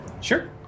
Sure